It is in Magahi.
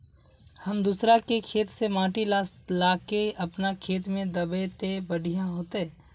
हम दूसरा के खेत से माटी ला के अपन खेत में दबे ते बढ़िया होते?